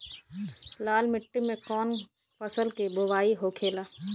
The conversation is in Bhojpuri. लाल मिट्टी में कौन फसल के बोवाई होखेला?